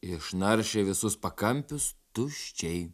išnaršė visus pakampius tuščiai